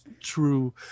true